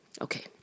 Okay